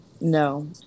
no